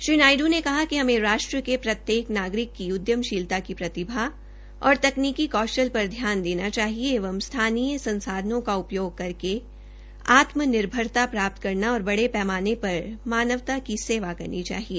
श्री नायड् ने कहा कि हमे राष्ट्र के प्रत्येक नागरिक की उद्यमशीलता की प्रतिभा और तकनीकी कौशल पर ध्यान देना चाहिए एवं स्थानीय संसाधनों का उपयोग करके आत्मनिर्भरता प्राप्त करना और बड़े पैमाने पर मानवता की सेवा करनी चाहिए